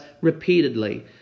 repeatedly